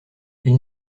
ils